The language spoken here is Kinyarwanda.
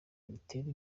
gitera